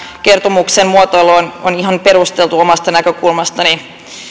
kertomuksen muotoilu on on ihan perusteltu omasta näkökulmastani